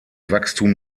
wachstum